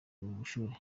ubushyuhe